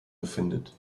befindet